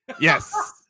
Yes